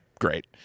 Great